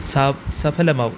സാ സഫലമാവും